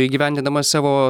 įgyvendindamas savo